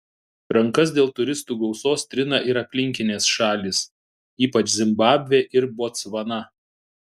rankas dėl turistų gausos trina ir aplinkinės šalys ypač zimbabvė ir botsvana